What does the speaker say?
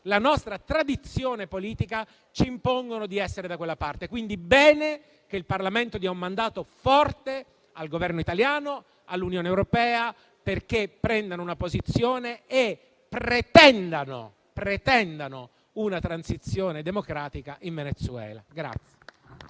la nostra tradizione politica ci impongono di essere da quella parte. Quindi è apprezzabile che il Parlamento dia un mandato forte al Governo italiano e all'Unione europea, perché prendano una posizione e pretendano una transizione democratica in Venezuela.